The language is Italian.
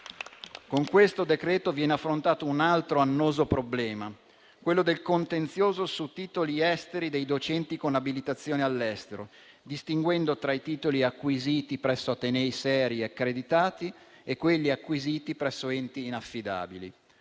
con questo decreto viene affrontato un altro annoso problema, quello del contenzioso su titoli esteri dei docenti con abilitazione all'estero, distinguendo tra i titoli acquisiti presso atenei seri e accreditati e quelli acquisiti presso enti inaffidabili.